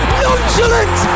nonchalant